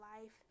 life